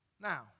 Now